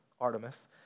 Artemis